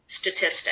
statistics